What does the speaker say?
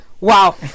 wow